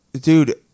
dude –